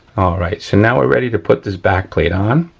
all right, so now we're ready to put this backplate on.